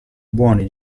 buoni